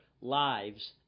lives